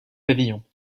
pavillons